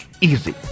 easy